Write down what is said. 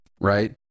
right